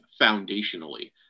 foundationally